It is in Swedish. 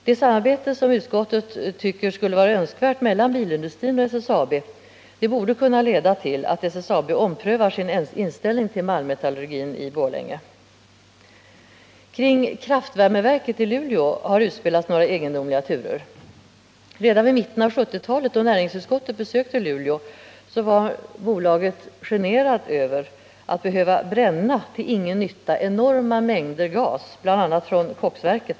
Det samarbete som utskottet tycker skulle vara önskvärt mellan bilindustrin och SSAB borde kunna leda till att SSAB omprövar sin inställning till malmmetallurgin i Borlänge. Kring kraftvärmeverket i Luleå har utspelats några egendomliga turer. Redan vid mitten av 1970-talet, då näringsutskottet besökte Luleå, var bolagets företrädare generade över att man till ingen nytta måste bränna enorma mängder gas från bl.a. koksverket.